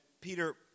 Peter